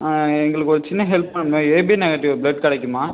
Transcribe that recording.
எங்களுக்கு ஒரு சின்ன ஹெல்ப் பண்ணுங்கள் ஏபி நெகட்டிவ் பிளட் கிடைக்குமா